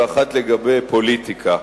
ואחת לגבי פוליטיקה.